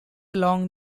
along